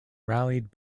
rallied